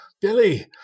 Billy